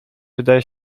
wydaje